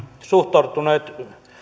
suhtautuneet